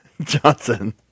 Johnson